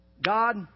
God